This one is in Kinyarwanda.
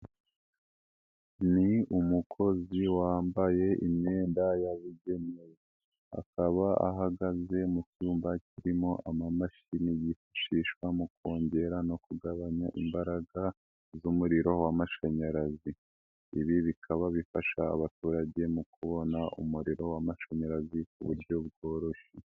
Ni umukozi wambaye imyenda yabugenewe, akaba ahagaze mu cyumba kirimo amamashini yifashishwa mu kongera no kugabanya imbaraga z'umuriro w'amashanyarazi. Ibi bikaba bifasha abaturage mu kubona umuriro w'amashanyarazi ku buryo bworoshye.